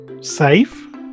Safe